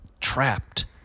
trapped